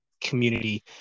community